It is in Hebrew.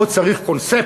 פה צריך קונספט.